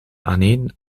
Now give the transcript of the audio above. aaneen